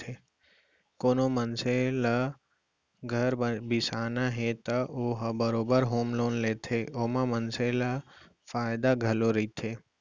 कोनो मनसे ल घर बिसाना हे त ओ ह बरोबर होम लोन लेथे ओमा मनसे ल फायदा घलौ रहिथे